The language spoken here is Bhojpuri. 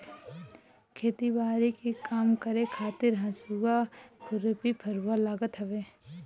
खेती बारी के काम करे खातिर हसुआ, खुरपी, फरुहा लागत हवे